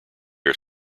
are